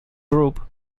group